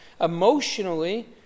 emotionally